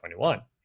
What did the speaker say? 2021